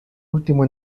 último